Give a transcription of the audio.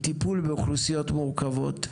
עם טיפול באוכלוסיות מורכבות,